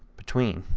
between.